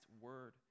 word